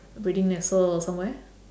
breathing vessel or somewhere